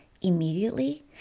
immediately